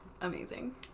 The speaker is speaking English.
Amazing